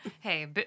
Hey